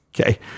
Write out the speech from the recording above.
Okay